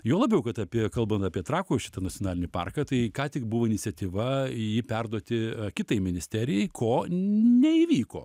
juo labiau kad apie kalban apie trakų šitą nacionalinį parką tai ką tik buvo iniciatyva jį perduoti kitai ministerijai ko neįvyko